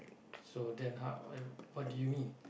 so then how what what do you mean